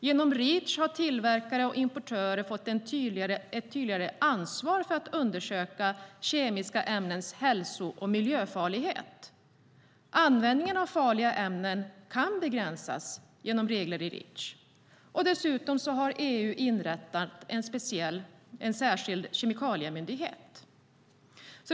Genom Reach har tillverkare och importörer fått ett tydligare ansvar för att undersöka kemiska ämnens hälso och miljöfarlighet. Användningen av farliga ämnen kan begränsas genom regler i Reach. Dessutom har EU inrättat en särskild kemikaliemyndighet.